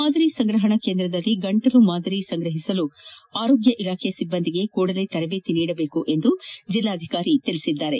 ಮಾದರಿ ಸಂಗ್ರಹಣಾ ಕೇಂದ್ರದಲ್ಲಿ ಗಂಟಲು ಮಾದರಿ ಸಂಗ್ರಹಿಸಲು ಆರೋಗ್ಯ ಇಲಾಖೆ ಸಿಬ್ಬಂದಿಗಳಿಗೆ ಕೂಡಲೇ ತರಬೇತಿ ನೀಡಬೇಕು ಎಂದು ಜಿಲ್ಲಾಧಿಕಾರಿಗಳು ತಿಳಬದ್ದಾರೆ